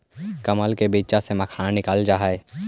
कमल के बीच्चा से मखाना निकालल जा हई